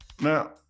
Now